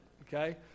okay